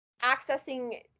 accessing